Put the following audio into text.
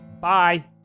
Bye